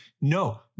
no